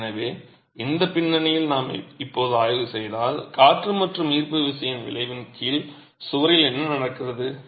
எனவே இந்தப் பின்னணியில் நாம் இப்போது ஆய்வு செய்தால் காற்று மற்றும் ஈர்ப்பு விசையின் விளைவின் கீழ் சுவரில் என்ன நடக்கிறது